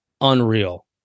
unreal